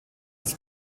des